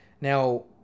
Now